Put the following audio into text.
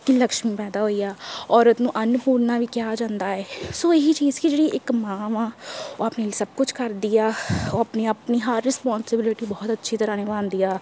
ਕਿ ਲਕਸ਼ਮੀ ਪੈਦਾ ਹੋਈ ਆ ਔਰਤ ਨੂੰ ਅੰਨਪੂਰਨਾ ਵੀ ਕਿਹਾ ਜਾਂਦਾ ਆ ਸੋ ਇਹ ਹੀ ਚੀਜ਼ ਕੀ ਜਿਹੜੀ ਇੱਕ ਮਾਂ ਵਾ ਉਹ ਆਪਣੇ ਲਈ ਸਭ ਕੁਝ ਕਰਦੀ ਆ ਉਹ ਆਪਣੀ ਆਪਣੀ ਹਰ ਰਿਸਪੋਂਸੀਬਿਲਟੀ ਬਹੁਤ ਅੱਛੀ ਤਰ੍ਹਾਂ ਨਿਭਾਉਂਦੀ ਆ